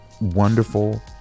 wonderful